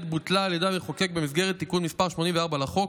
בוטלה על ידי המחוקק במסגרת תיקון מס' 84 לחוק,